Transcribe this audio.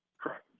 Correct